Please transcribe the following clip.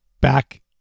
back